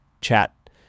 chat